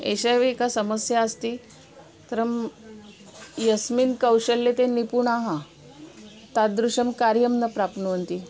एषा एव एका समस्या अस्ति अनन्तरं यस्मिन् कौशल्यं ते निपुणाः तादृशं कार्यं न प्राप्नुवन्ति